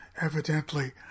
evidently